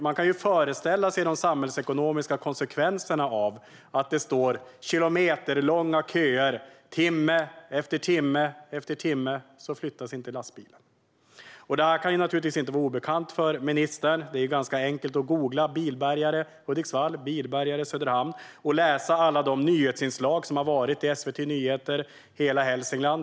Man kan föreställa sig de samhällsekonomiska konsekvenserna av att det är kilometerlånga köer i timme efter timme efter timme, då lastbilen inte flyttas. Detta kan naturligtvis inte vara obekant för ministern. Det är ganska enkelt att googla bilbärgare och Hudiksvall eller bilbärgare och Söderhamn och att se alla de nyhetsinslag som har varit i SVT Nyheter och i Hela Hälsingland.